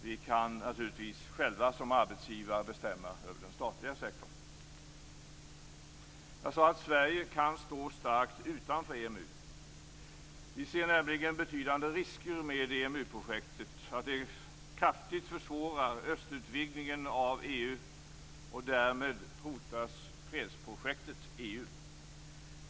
Vi kan naturligtvis själva som arbetsgivare bestämma över den statliga sektorn. Jag sade att Sverige kan stå starkt utanför EMU. Vi ser nämligen betydande risker med EMU projektet. EMU försvårar kraftigt östutvidgningen av EU, och därmed hotas fredsprojektet EU.